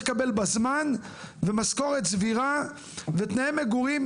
לקבל בזמן ומשכורת סבירה ותנאי מגורים,